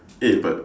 eh but